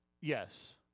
Yes